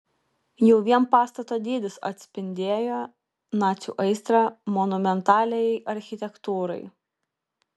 jau vien pastato dydis atspindėjo nacių aistrą monumentaliajai architektūrai